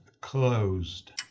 closed